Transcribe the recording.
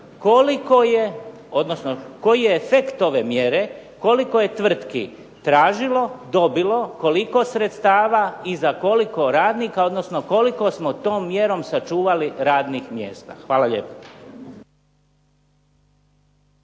koliko je odnosno koji je efekt ove mjere, koliko je tvrtki tražilo, dobilo koliko sredstava i za koliko radnika, odnosno koliko smo tom mjerom sačuvali radnih mjesta? Hvala lijepa.